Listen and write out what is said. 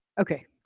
Okay